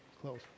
close